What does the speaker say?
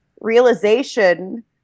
realization